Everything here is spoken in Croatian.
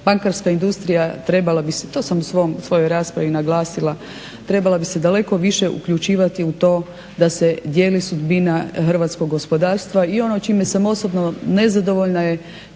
bankarska industrija trebala bi se, to sam u svojoj raspravi i naglasila, trebala bi se daleko više uključivati u to da se dijeli sudbina hrvatskog gospodarstva i ono čime sam osobno nezadovoljna je